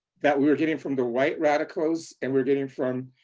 that we were getting from the white radicals and we're getting from,